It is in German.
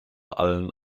allen